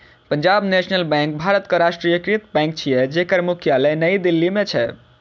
Punjab National Bank भारतक राष्ट्रीयकृत bank छियै, जेकर मुख्यालय नई दिल्ली मे छै